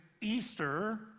easter